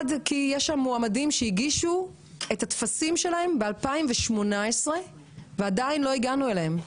כי יש שם מועמדים שהגישו את הטפסים שלהם ב-2018 שעדין לא הגענו אליהם.